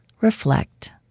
reflect